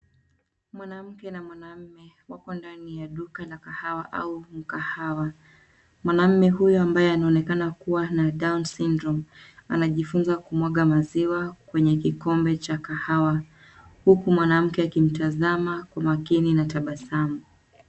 Mwanamke na mwanaume wako ndani ya duka la kahawa au mkahawa. Mwanaume huyu, anayeonekana kuwa na Down syndrome , anajifunza kumwaga maziwa kwenye kikombe cha kahawa huku mwanamke akimtazama kwa makini na tabasamu.